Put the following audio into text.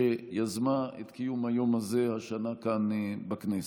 שיזמה את קיום היום הזה השנה כאן, בכנסת.